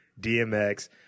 DMX